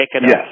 Yes